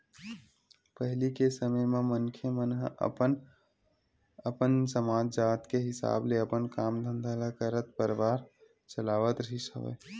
पहिली के समे म मनखे मन ह अपन अपन समाज, जात के हिसाब ले अपन काम धंधा ल करत परवार चलावत रिहिस हवय